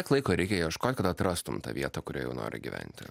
kiek laiko reikia ieškot kad atrastum tą vietą kurioj jau nori gyventi